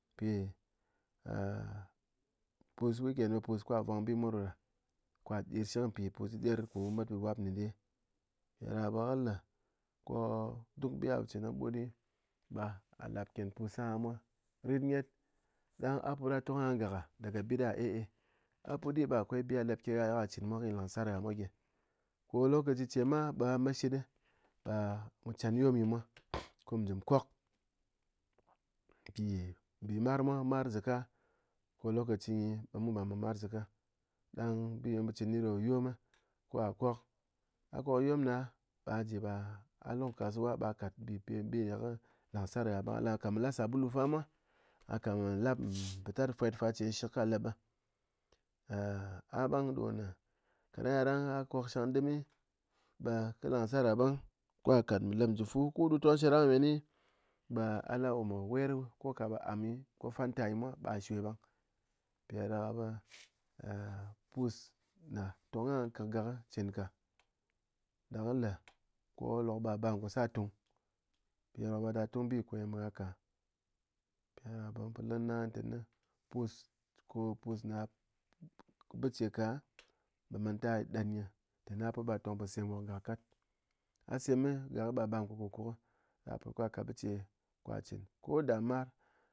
Mpi pus week end ɗo pus ko ghá vwang bi mwa ɗoda ko ghá ɗir shɨk mpi pus ɗidɨr ko wu met wap dide, ɗa be kɨ le ko duk bi ghá po cɨn kɨ nyi butɗe be ghá lap ken pus a'a mwa, rit nyet dang a put a tong aha gak'a daga bit da e'e, a put ɗi be akwai bi ghá lep ke ghá a cɨn mwa kɨne lang sar ghá mwa gyi, ko lokoci ce ma be ghá met shit be mu can yom nyi mwa ko mu ji mu kok mpi mbi mar mwa mar zaka, ko lokoci nyi be mu màrmar zaka, ɗang bi ye mu cɨn nyi do yom ko ghá kok, ghá kok yom ɗa ba ghá ji be ghá luk kasuwa be ghá kat nbi bi ye kɨ lang sar ghá be ghá kat me la sabulu fa mwa, ghá kat me la nfutat fwet fa ce shɨk ka lep ah a bang do né kaɗang yaɗang ghá kok sháng dém be kɨ lang sar ghá bang ko ghá kat me lɨp njifu ku du tong sher ghá men nɨ be ghá la oh me wer ko ka ɓe am ko fanta nyi mwa be ghá shwe bang mpi dádaká ɓe pus né tong a'a kéng gak chɨn ka, ɗa kɨ le ko lok be ghá bar ngo sar túng, ghá dem ghá tung bi ko ye meghá ka, mpi dádaká ɓe mun po lɨ kɨ nyi aha tenɨ pus ko pus ne ghá bice ka be mantang ghá ɗen nyi tenɨ ghá put be ghá tong po sem nwok gak kat, ghá sem ɓe ghá bar ngo kúkúk, nghá put ko ghá kat bice ko ghá chɨn ko da ma